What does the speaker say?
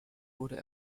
wurde